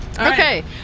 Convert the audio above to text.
Okay